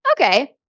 okay